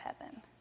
heaven